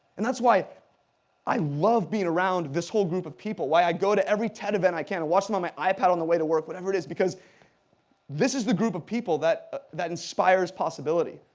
and that's why i love being around this whole group of people, why i go to every ted event i can, watch them on my ipad on the way to work, whatever it is. because this is the group of people that that inspires possibility.